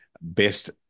best